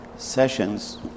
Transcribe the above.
Sessions